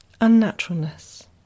Unnaturalness